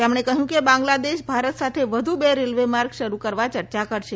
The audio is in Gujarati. તેમણે કહ્યું કે બાંગ્લાદેશ ભારત સાથે વધુ બે રેલવે માર્ગ શરૂ કરવા ચર્ચા કરશે